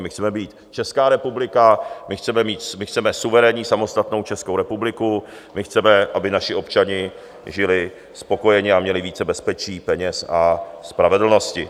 My chceme být Česká republika, my chceme suverénní samostatnou Českou republiku, my chceme, aby naši občané žili spokojeně a měli více bezpečí, peněz a spravedlnosti.